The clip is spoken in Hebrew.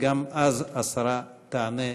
ואז השרה תענה.